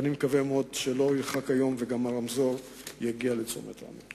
ואני מקווה מאוד שלא ירחק היום וגם הרמזור יגיע לצומת ראמה.